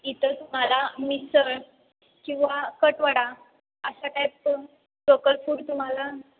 इथं तुम्हाला मिसळ किंवा कटवडा अशा टाईपचं लोकल फूड तुम्हाला